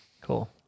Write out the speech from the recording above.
Cool